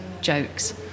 jokes